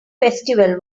festival